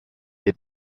had